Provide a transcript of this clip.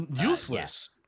Useless